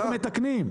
אנחנו מתקנים.